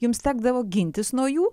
jums tekdavo gintis nuo jų